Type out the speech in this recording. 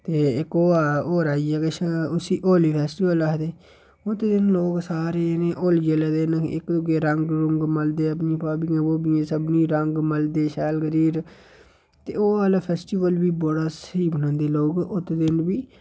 ते इक ओह् ऐ होर ऐ उसी होली फैस्टीवल आखदे उस दिन लोक सारे जने होली आह्ले दिन इक दूए गी रंग रुंग मलदे अपनी भाभियें भूबियें गी सभनें गी रंग मलदे शैल करियै ते ओह् आहला फैस्टीवल बी बड़ा स्हेई बनांदे लोक उत्त दिन बी